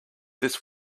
this